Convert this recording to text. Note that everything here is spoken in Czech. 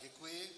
Děkuji.